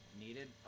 needed